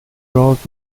راز